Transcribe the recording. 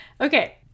Okay